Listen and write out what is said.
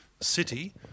city